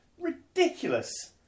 Ridiculous